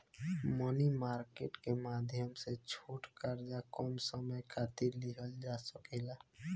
मनी market के माध्यम से छोट कर्जा कम समय खातिर लिहल जा सकेला